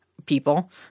People